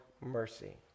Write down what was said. mercy